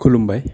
खुलुमबाय